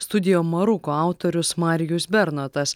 studijo maruko autorius marijus bernotas